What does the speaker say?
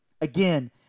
again